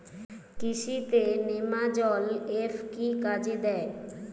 কৃষি তে নেমাজল এফ কি কাজে দেয়?